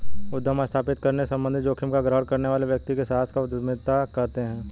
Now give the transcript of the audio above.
उद्यम स्थापित करने संबंधित जोखिम का ग्रहण करने वाले व्यक्ति के साहस को उद्यमिता कहते हैं